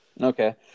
Okay